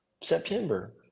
September